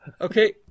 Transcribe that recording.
Okay